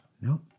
No